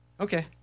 Okay